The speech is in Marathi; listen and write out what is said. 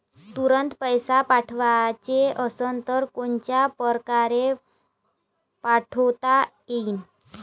तुरंत पैसे पाठवाचे असन तर कोनच्या परकारे पाठोता येईन?